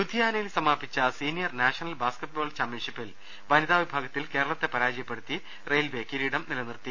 ലുധിയാനയിൽ സമാപിച്ച senior national basketball ചാമ്പൃൻഷിപ്പിൽ വനിതാവിഭാഗത്തിൽ കേരളത്തെ പരാജയപ്പെടുത്തി റെയിൽവേ കിരീടം നിലനിർത്തി